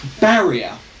barrier